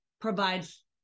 provides